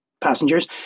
passengers